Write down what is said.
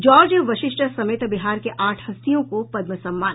George Vashishtha समेत बिहार के आठ हस्तियों को पद्म सम्मान